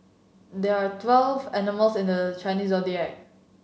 there are twelve animals at the Chinese Zodiac